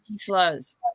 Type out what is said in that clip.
flows